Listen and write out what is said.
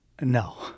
No